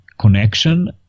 connection